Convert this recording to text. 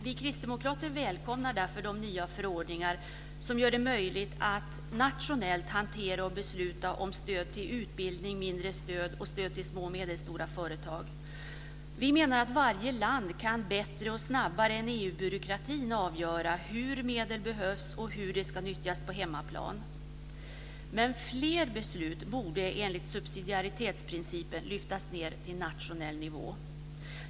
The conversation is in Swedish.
Vi kristdemokrater välkomnar därför de nya förordningar som gör det möjligt att nationellt hantera och besluta om stöd till utbildning, mindre stöd och stöd till små och medelstora företag. Vi menar att varje land bättre och snabbare än EU-byråkratin kan avgöra hur medel behövs och hur de ska nyttjas på hemmaplan. Men fler beslut borde enligt subsidiaritetsprincipen lyftas ned till nationell nivå.